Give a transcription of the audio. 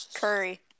curry